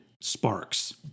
Sparks